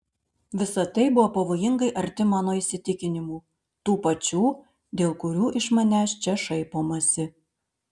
visa tai buvo pavojingai arti mano įsitikinimų tų pačių dėl kurių iš manęs čia šaipomasi